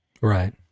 right